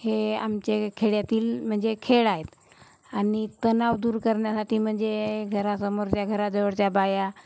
हे आमचे खेड्यातील म्हणजे खेळ आहेत आणि तणाव दूर करण्यासाठी म्हणजे घरासमोरच्या घराजवळच्या बाया